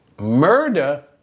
murder